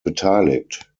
beteiligt